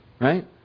Right